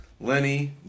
Lenny